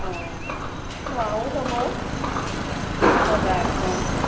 অ চোৱাও হ'ব বজাৰখন